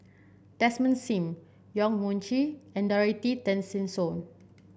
Desmond Sim Yong Mun Chee and Dorothy Tessensohn